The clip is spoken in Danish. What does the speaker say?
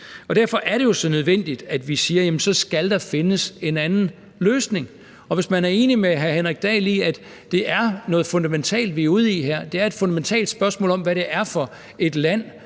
Derfor er det så nødvendigt, at vi siger, at der skal findes en anden løsning. Hvis man er enig med hr. Henrik Dahl i, at det er noget fundamentalt, vi er ude i her, det er et fundamentalt spørgsmål om, hvad det er for et land